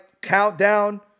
countdown